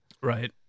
Right